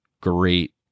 great